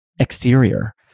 exterior